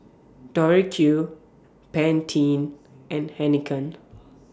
Tori Q Pantene and Heinekein